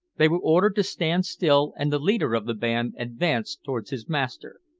they were ordered to stand still, and the leader of the band advanced towards his master.